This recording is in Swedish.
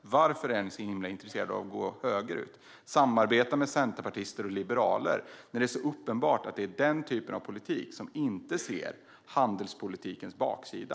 Varför är ni så himla intresserade av att gå högerut? Ni samarbetar med centerpartister och liberaler när det är så uppenbart att det är den typen av politik som inte ser handelspolitikens baksida.